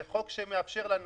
זה חוק שמאפשר לנו